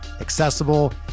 accessible